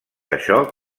això